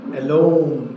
alone